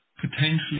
potentially